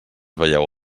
veieu